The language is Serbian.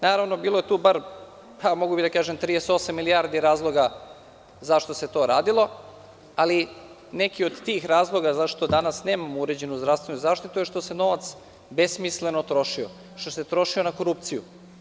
Naravno, bilo je tu, mogao bih da kažem 38 milijardi razloga zašto se to radilo, ali neki od tih razloga zašto danas nemamo uređenu zdravstvenu zaštitu što se novac besmisleno trošio, što se trošio na korupciju.